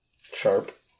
sharp